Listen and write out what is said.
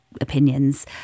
opinions